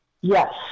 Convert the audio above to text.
Yes